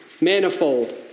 manifold